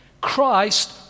Christ